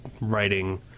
writing